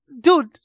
dude